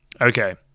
Okay